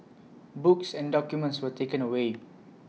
books and documents were taken away